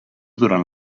durant